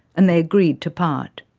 and they agreed to part.